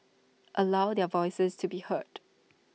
allow their voices to be heard